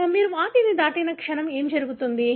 మీరు వాటిని దాటిన క్షణం ఏమి జరుగుతుంది